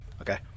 Okay